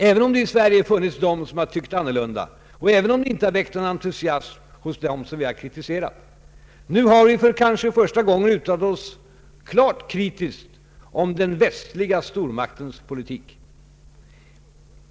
Även om det i Sverige funnits de som tyckt annorlunda och även om det inte väckt någon entusiasm hos dem som vi har kritiserat, har vi nu för första gången uttalat oss klart kritiskt om den västliga stormaktens politik.